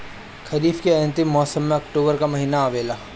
खरीफ़ के अंतिम मौसम में अक्टूबर महीना आवेला?